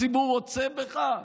הציבור רוצה בך?